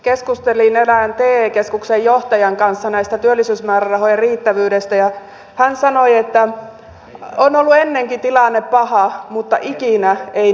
keskustelin erään te keskuksen johtajan kanssa näiden työllisyysmäärärahojen riittävyydestä ja hän sanoi että on ollut ennenkin tilanne paha mutta ikinä ei näin paha